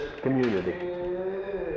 community